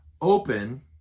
open